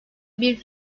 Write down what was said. bir